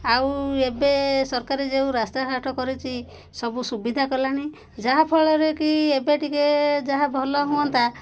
ଆଉ ଏବେ ସରକାର ଯେଉଁ ରାସ୍ତାଘାଟ କରିଚି ସବୁ ସୁବିଧା କଲାଣି ଯାହାଫଳରେ କି ଏବେ ଟିକେ ଯାହା ଭଲ ହୁଅନ୍ତା